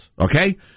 Okay